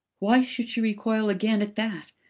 why should she recoil again at that?